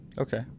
Okay